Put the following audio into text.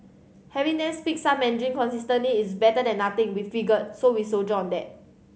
having them speak some Mandarin consistently is better than nothing we figure so we soldier on that